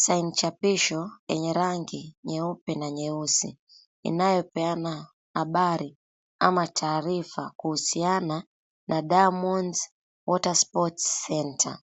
Saini chapisho yenye rangi nyeupe na nyeusi inayopeana habari ama taarifa kuhusiana na Diamonds Water Sports Centre.